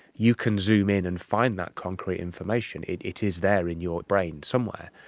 you can zoom in and find that concrete information, it it is there in your brain somewhere.